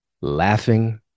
laughing